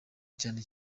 cyane